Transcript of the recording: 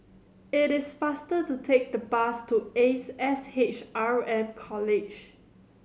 it is faster to take the bus to Ace S H R M College